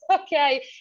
okay